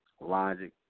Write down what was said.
logic